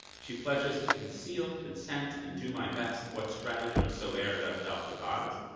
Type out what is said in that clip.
she pledges to conceal, consent, and do my best what strategem soe'er thou shalt devise.